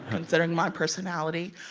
considering my personality.